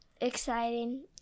exciting